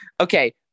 Okay